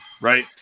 right